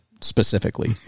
specifically